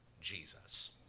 Jesus